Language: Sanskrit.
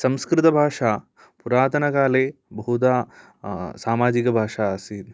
संस्कृतभाषा पुरातनकाले बहुधा सामाजिकभाषा आसीत्